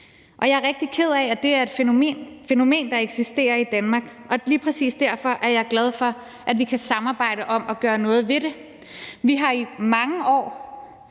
Jeg er rigtig ked af, at det er et fænomen, der eksisterer i Danmark, og lige præcis derfor er jeg glad for, at vi kan samarbejde om at gøre noget ved det. Vi har i mange år